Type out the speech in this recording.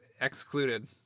excluded